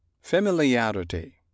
Familiarity